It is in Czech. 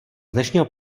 dnešního